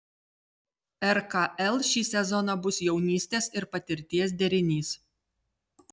rkl šį sezoną bus jaunystės ir patirties derinys